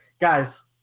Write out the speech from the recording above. Guys